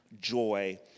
joy